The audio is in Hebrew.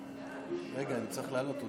רגע, אני צריך לעלות.